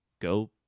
go